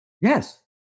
Yes